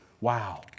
Wow